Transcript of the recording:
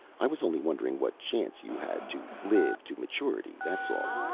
i was only wondering what chance you had to live to maturity, that's all.